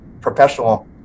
professional